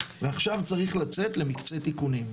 ועכשיו צריך לצאת למקצה תיקונים.